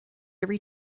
each